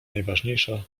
najważniejsza